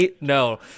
no